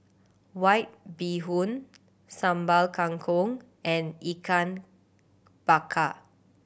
White Bee Hoon Sambal Kangkong and Ikan Bakar